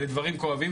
אלה דברים כואבים.